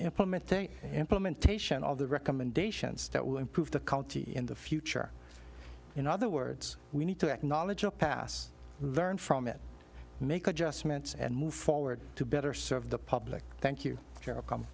implementation of the recommendations that will improve the county in the future in other words we need to acknowledge the past learn from it make adjustments and move forward to better serve the public thank you c